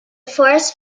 forest